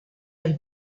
del